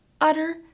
Utter